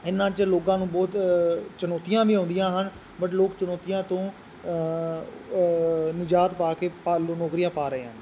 ਇਹਨਾਂ 'ਚ ਲੋਕਾਂ ਨੂੰ ਬਹੁਤ ਚੁਣੌਤੀਆਂ ਵੀ ਆਉਂਦੀਆਂ ਹਨ ਬਟ ਲੋਕ ਚੁਣੌਤੀਆਂ ਤੋਂ ਨਿਜਾਤ ਪਾ ਕੇ ਪਾਲ ਨੂੰ ਨੌਕਰੀਆਂ ਪਾ ਰਹੇ ਹਨ